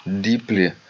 deeply